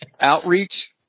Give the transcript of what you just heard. Outreach